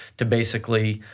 to basically,